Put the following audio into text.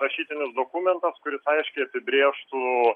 rašytinis dokumentas kuris aiškiai apibrėžtų